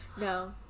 No